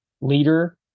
leader